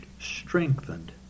strengthened